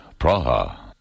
Praha